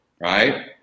right